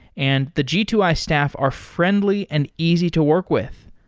and the g two i staff are friendly and easy to work with.